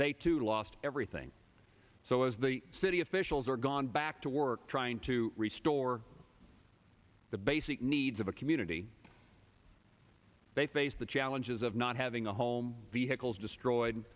they too lost everything so as the city officials are gone back to work trying to restore the basic needs of a community they face the challenges of not having a home vehicles destroyed